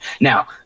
Now